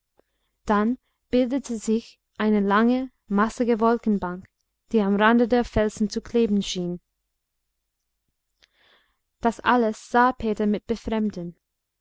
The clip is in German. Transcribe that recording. dann bildete sich eine lange massige wolkenbank die am rande der felsen zu kleben schien das alles sah peter mit befremden